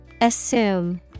Assume